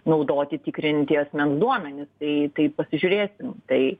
naudoti tikrinti asmens duomenis tai tai pasižiūrės tai